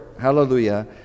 hallelujah